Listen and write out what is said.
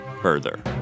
further